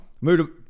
Move